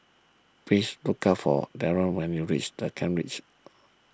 please look for Daron when you reach the Kent Ridge